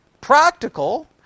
practical